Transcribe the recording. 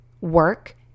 work